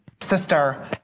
sister